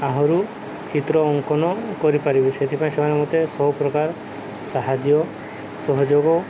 ଆହୁରି ଚିତ୍ର ଅଙ୍କନ କରିପାରିବି ସେଥିପାଇଁ ସେମାନେ ମୋତେ ସବୁପ୍ରକାର ସାହାଯ୍ୟ ସହଯୋଗ